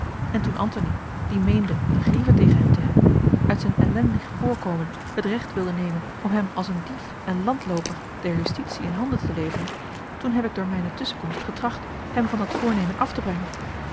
en toen antony die meende eene grieve tegen hem te hebben uit zijn ellendig voorkomen het recht wilde nemen a l g bosboom-toussaint de delftsche wonderdokter eel om hem als een dief en landlooper der justitie in handen te leveren toen heb ik door mijne tusschenkomst getracht hem van dat voornemen af te brengen